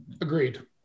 Agreed